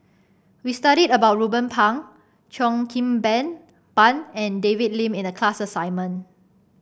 we studied about Ruben Pang Cheo Kim Ben Ban and David Lim in the class assignment